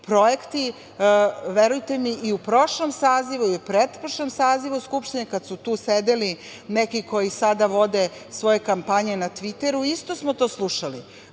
projekti, verujte mi, i u prošlom sazivu i u pretprošlom sazivu Skupštine, kada su tu sedeli neki koji sada vode svoje kampanje na Tviteru, isto smo to slušali,